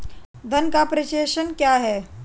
धन का प्रेषण क्या है?